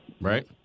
Right